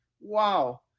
Wow